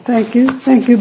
thank you thank you